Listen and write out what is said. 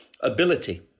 ability